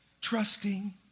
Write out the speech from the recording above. trusting